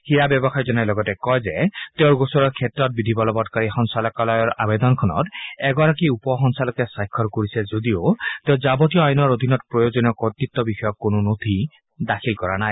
হীৰা ব্যৱসায়ীজনে লগতে কয় যে তেওঁৰ গোচৰৰ ক্ষেত্ৰত বিধি বলবৎকাৰী সঞ্চালকালয়ৰ আৱেদনখনত এগৰাকী উপ সঞ্চালকে স্বাক্ষৰ কৰিছে যদিও তেওঁ যাৱতীয় আইনৰ অধীনত প্ৰয়োজনীয় কৰ্তৃত্ব বিষয়ক কোনো নথি দাখিল কৰা নাই